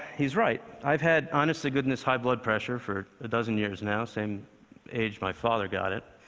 he's right. i've had honest-to-goodness high blood pressure for a dozen years now, same age my father got it,